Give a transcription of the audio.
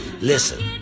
Listen